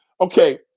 Okay